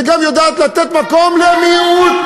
שגם יודעת לתת מקום למיעוט.